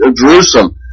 Jerusalem